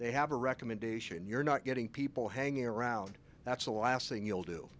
they have a recommendation you're not getting people hanging around that's the last thing you'll do